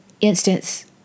instance